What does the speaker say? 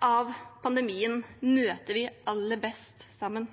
av pandemien møter vi aller best sammen.